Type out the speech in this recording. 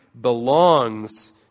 belongs